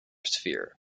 sphere